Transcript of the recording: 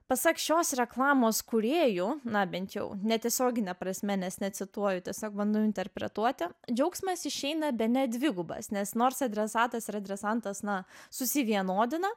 pasak šios reklamos kūrėjų na bent jau netiesiogine prasme nes necituoju tiesiog bandau interpretuoti džiaugsmas išeina bene dvigubas nes nors adresatas ir adresantas na susivienodina